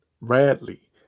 Radley